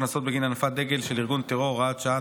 קנסות בגין הנפת דגל של ארגון טרור) (הוראת שעה),